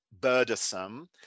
burdensome